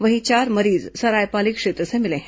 वहीं चार मरीज सरायपाली क्षेत्र से मिले हैं